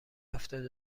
هفتاد